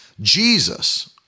Jesus